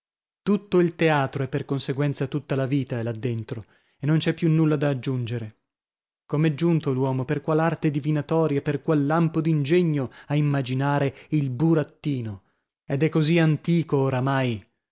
tutto il teatro e per conseguenza tutta la vita è là dentro e non c'è più nulla da aggiungere com'è giunto l'uomo per qual arte divinatoria per qual lampo d'ingegno a immaginare il burattino ed è così antico oramai